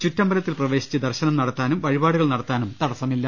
ചുറ്റമ്പലത്തിൽ പ്രവേശിച്ച് ദർശനം നടത്താനും വഴിപാടുകൾ നടത്താനും തടസ്സമില്ല